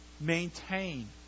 maintain